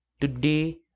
today